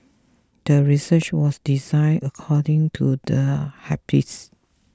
the research was designed according to the hypothesis